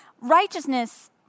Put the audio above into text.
Righteousness